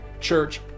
Church